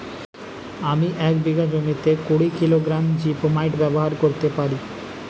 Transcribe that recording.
আমি এক বিঘা জমিতে কুড়ি কিলোগ্রাম জিপমাইট ব্যবহার করতে পারি?